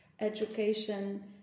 education